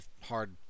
hard